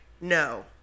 no